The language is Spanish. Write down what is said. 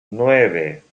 nueve